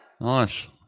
Nice